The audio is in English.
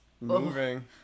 moving